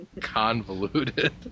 convoluted